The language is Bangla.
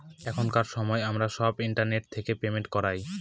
এখনকার সময় আমরা সব ইন্টারনেট থেকে পেমেন্ট করায়